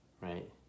right